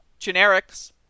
generics